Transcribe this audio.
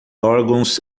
órgãos